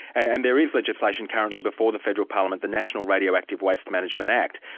and there is legislation currently before the federal parliament, the national radioactive waste management act.